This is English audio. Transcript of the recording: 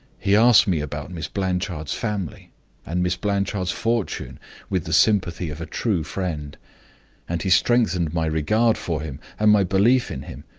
he asked me about miss blanchard's family and miss blanchard's fortune with the sympathy of a true friend and he strengthened my regard for him, and my belief in him,